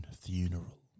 funeral